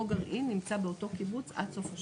אותו גרעין נמצא באותו קיבוץ עד לסוף השירות.